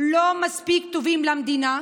לא מספיק טובים למדינה?